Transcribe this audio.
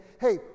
hey